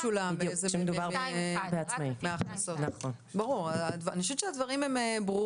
שולם לפי סעיף 2(1) אלא רק לפי סעיף 2(2). אני חושבת שהדברים ברורים.